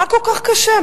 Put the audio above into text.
מה כל כך קשה?